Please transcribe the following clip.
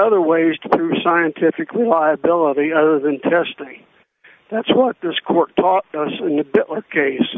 other ways to prove scientifically liability other than testing that's what this court taught us in the case